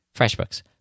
FreshBooks